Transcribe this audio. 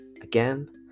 Again